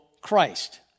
Christ